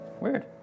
Weird